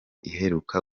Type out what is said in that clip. iheruka